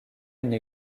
une